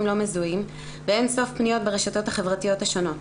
לא מזוהים ואין סוף פניות ברשתות החברתיות השונות.